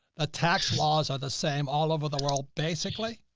the tax laws are the same all over the world. basically.